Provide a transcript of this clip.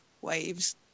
waves